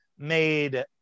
made